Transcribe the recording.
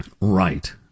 Right